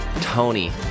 Tony